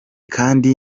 kandi